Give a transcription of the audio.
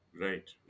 Right